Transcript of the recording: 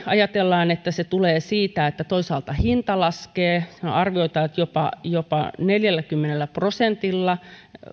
ajatellaan että se tulee siitä että toisaalta hinta laskee on arvioita että jopa jopa neljälläkymmenellä prosentilla